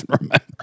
remember